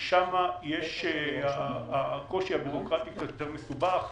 שם הקושי הביורוקרטי קצת יותר מסובך,